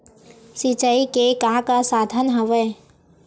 सिंचाई के का का साधन हवय?